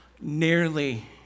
nearly